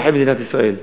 אזרחי מדינת ישראל.